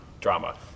drama